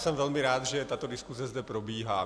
Jsem velmi rád, že tato diskuze zde probíhá.